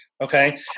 Okay